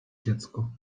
dziecko